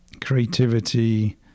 creativity